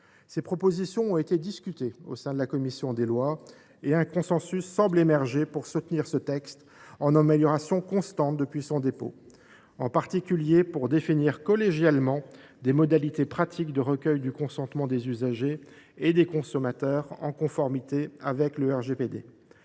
Ces propositions ont été discutées au sein de la commission des lois. Un consensus semble émerger pour soutenir ce texte, en constante amélioration depuis qu’il a été déposé, en particulier pour définir collégialement des modalités pratiques de recueil du consentement des usagers et des consommateurs, en conformité avec le RGPD.